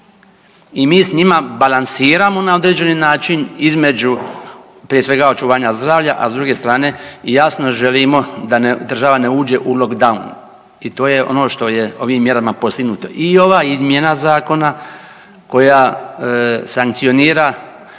i mi s njima balansiramo na određeni način između, prije svega, očuvanja zdravlja, a s druge strane, jasno želimo da država ne uđe u lockdown. I to je ono što je ovim mjerama postignuto. I ova izmjena zakona koja sankcionira